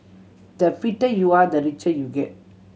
the fitter you are the richer you get